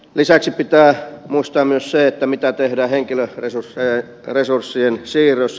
lisäksi pitää muistaa myös mitä tehdään henkilöresurssien siirrossa